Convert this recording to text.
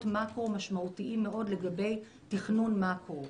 מקרו משמעותיים מאוד לגבי תכנון מקרו.